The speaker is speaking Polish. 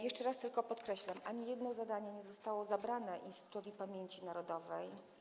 Jeszcze raz tylko podkreślam: Ani jedno zadanie nie zostało zabrane Instytutowi Pamięci Narodowej.